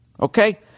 Okay